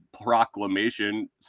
Proclamation